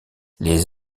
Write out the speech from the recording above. les